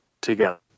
Together